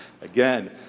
again